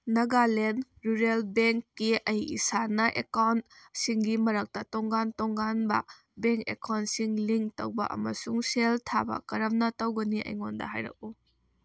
Nagaland rural ꯕꯦꯡꯀꯤ ꯑꯩ ꯏꯁꯥꯅ ꯑꯦꯀꯥꯎꯟꯁꯤꯡꯒꯤ ꯃꯔꯛꯇ ꯇꯣꯉꯥꯟ ꯇꯣꯉꯥꯟꯕ ꯕꯦꯡ ꯑꯦꯀꯥꯎꯟꯁꯤꯡ ꯂꯤꯡ ꯇꯧꯕ ꯑꯃꯁꯨꯡ ꯁꯦꯜ ꯊꯥꯕ ꯀꯔꯝꯅ ꯇꯧꯒꯅꯤ ꯑꯩꯉꯣꯟꯗ ꯍꯥꯏꯔꯛꯎ